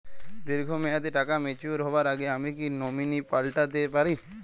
দীর্ঘ মেয়াদি টাকা ম্যাচিউর হবার আগে আমি কি নমিনি পাল্টা তে পারি?